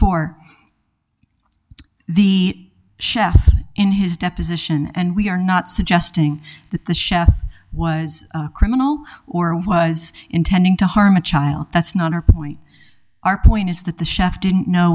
for the chef in his deposition and we are not suggesting that the chef was a criminal or was intending to harm a child that's not our point our point is that the chef didn't know